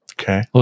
Okay